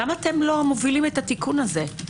למה אתם לא מובילים את התיקון הזה?